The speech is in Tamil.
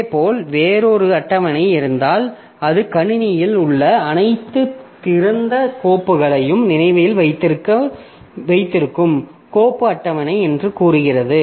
இதேபோல் வேறொரு அட்டவணை இருந்தால் அது கணினியில் உள்ள அனைத்து திறந்த கோப்புகளையும் நினைவில் வைத்திருக்கும் கோப்பு அட்டவணை என்று கூறுகிறது